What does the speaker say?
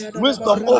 wisdom